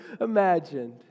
imagined